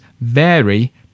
vary